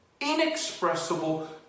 Inexpressible